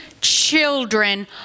children